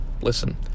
Listen